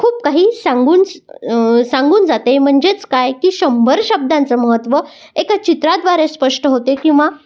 खूप काही सांगून स सांगून जाते म्हणजेच काय की शंभर शब्दांचं महत्त्व एका चित्राद्वारे स्पष्ट होते किंवा